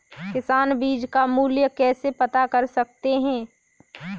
किसान बीज का मूल्य कैसे पता कर सकते हैं?